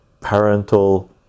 parental